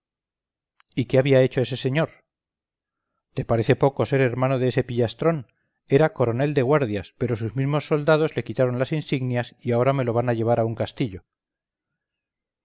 y qué había hecho ese señor te parece poco ser hermano de ese pillastrón era coronel de guardias pero sus mismos soldados le quitaron las insignias y ahora me lo van a llevar a un castillo